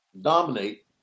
Dominate